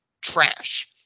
trash